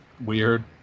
weird